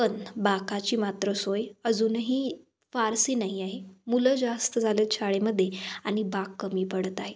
पण बाकाची मात्र सोय अजूनही फारशी नाही आहे मुलं जास्त झालेत शाळेमध्ये आणि बाक कमी पडत आहे